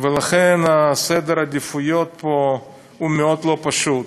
ולכן סדר העדיפויות פה הוא מאוד לא פשוט,